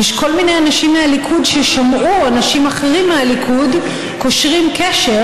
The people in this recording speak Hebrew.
יש כל מיני אנשים מהליכוד ששמעו אנשים אחרים מהליכוד קושרים קשר